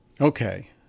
Okay